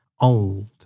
old